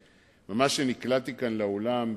נקלעתי לכאן, לאולם,